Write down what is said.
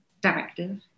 directive